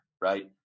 right